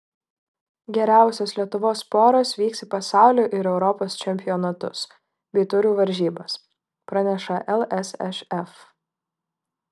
geriausios lietuvos poros vyks į pasaulio ir europos čempionatus bei taurių varžybas praneša lsšf